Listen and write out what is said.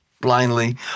blindly